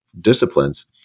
disciplines